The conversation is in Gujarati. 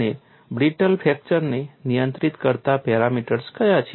અને બ્રિટલ ફ્રેક્ચરને નિયંત્રિત કરતા પેરામીટર્સ કયા છે